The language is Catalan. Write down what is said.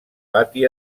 pati